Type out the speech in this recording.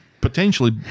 potentially